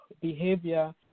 behavior